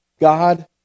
God